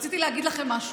רציתי להגיד לכם משהו.